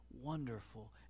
wonderful